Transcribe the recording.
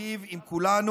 שתיטיב עם כולנו,